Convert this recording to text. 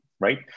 right